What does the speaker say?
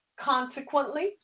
Consequently